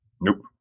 Nope